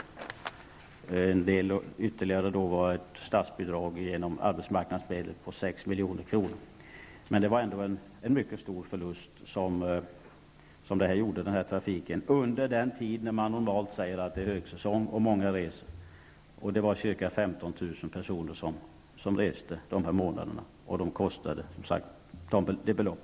Det fanns ett statsbidrag genom arbetsmarknadsmedel på 6 milj.kr. Trafiken ledde ändå till en mycket stor förlust under den tid som normalt anses vara högsäsong och då många reser. Ca 15 000 personer reste under dessa månader till den kostnad som jag här har nämnt.